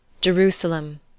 Jerusalem